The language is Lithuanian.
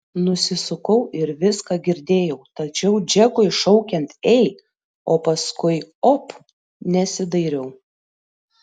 nusisukau ir viską girdėjau tačiau džekui šaukiant ei o paskui op nesidairiau